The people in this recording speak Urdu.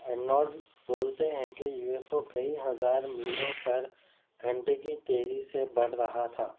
ارنالڈ بولتے ہیں کہ یو ایف او کئی ہزار میلوں پر گھنٹے کی تیزی سے بڑھ رہا تھا